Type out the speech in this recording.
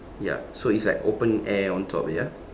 ya so it's like open air on top ya